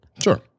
sure